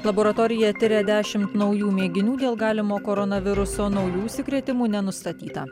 laboratorija tirė dešimt naujų mėginių dėl galimo koronaviruso naujų užsikrėtimų nenustatyta